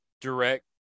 direct